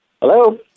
Hello